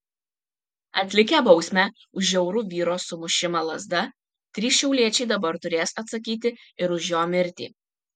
atlikę bausmę už žiaurų vyro sumušimą lazda trys šiauliečiai dabar turės atsakyti ir už jo mirtį